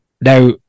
Now